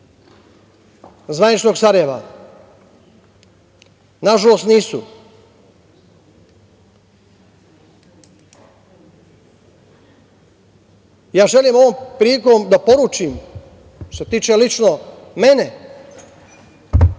zvaničnog Sarajeva? Nažalost, nisu. Želim ovom prilikom da poručim, što se tiče lično mene,